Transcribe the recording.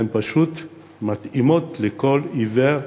הן פשוט מתאימות לכל עיוור,